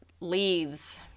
leaves